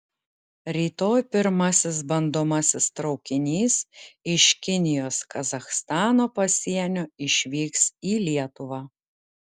rytoj pirmasis bandomasis traukinys iš kinijos kazachstano pasienio išvyks į lietuvą